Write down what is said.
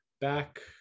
back